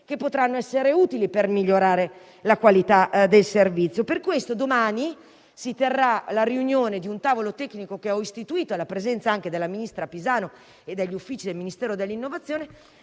che potranno essere utili per migliorare la qualità del servizio. Per questo domani si terrà la riunione di un tavolo tecnico che ho istituito, alla presenza del ministro Pisano e degli uffici del Ministro per l'innovazione